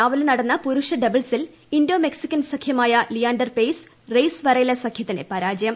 രാവിലെ നടന്ന പുരുഷ ഡബിൾസിൽ ഇന്ത്യോ മെക്സിക്കൻ സഖ്യമായ ലിയാഡർ പെയ്സ് റെയ്സ് വരേല സഖ്യത്തിന് പരാജയം